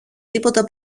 τίποτα